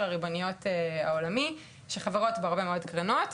הריבוניות העולמי שחברות בה הרבה מאוד קרנות,